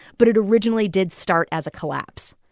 but it originally did start as a collapse.